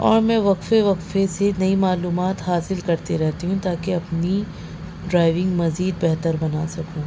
اور میں وقفے وقفے سے نئی معلومات حاصل کرتے رہتی ہوں تاکہ اپنی ڈرائیونگ مزید بہتر بنا سکوں